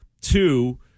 Two